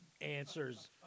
answers